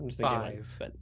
Five